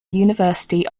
university